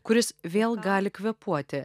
kuris vėl gali kvėpuoti